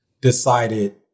decided